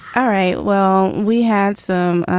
all right. well, we had some